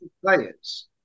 players